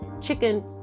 chicken